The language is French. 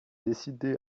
décidé